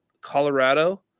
Colorado